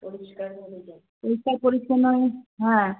পরিষ্কার পরিচ্ছন্ন হয়ে হ্যাঁ